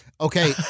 Okay